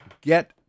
Get